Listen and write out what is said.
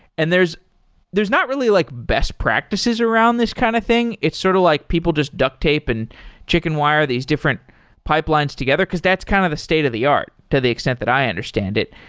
and there's there's not really like best practices around this kind of thing, it's sort of like people just duct tape and chicken wire these different pipelines together, because that's kind of the state of the art to the extent that i understand it.